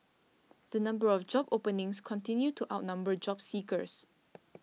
the number of job openings continued to outnumber job seekers